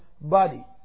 body